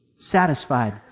satisfied